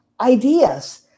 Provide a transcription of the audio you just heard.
ideas